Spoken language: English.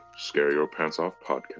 ScareYourPantsOffPodcast